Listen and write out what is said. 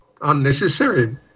unnecessary